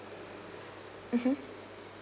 mmhmm